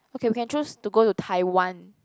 okay we can choose to go to Tai-wan